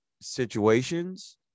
situations